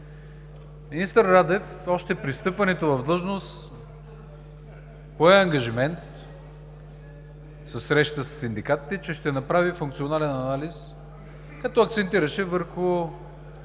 Министър Радев още при встъпването в длъжност пое ангажимент на среща със синдикатите, че ще направи функционален анализ, като акцентираше върху